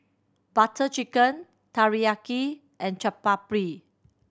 Butter Chicken Teriyaki and Chaat Papri